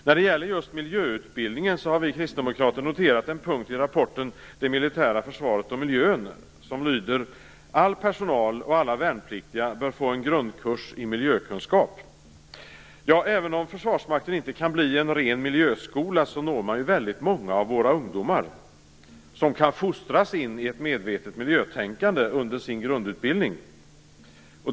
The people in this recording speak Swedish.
När det gäller miljöutbildningen har vi kristdemokrater noterat en punkt i rapporten Det militära försvaret och miljön. Den lyder: All personal och alla värnpliktiga bör få en grundkurs i miljökunskap. Även om Försvarsmakten inte kan bli en ren miljöskola når man väldigt många av våra ungdomar, som kan fostras in i ett medvetet miljötänkande under sin grundutbildning.